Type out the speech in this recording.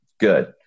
Good